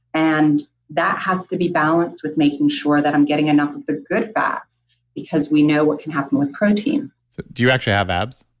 and that has to be balanced with making sure that i'm getting enough of the good fats because we know what can happen with protein so do you actually have abs?